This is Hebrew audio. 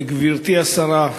גברתי השרה,